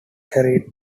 carried